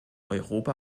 europa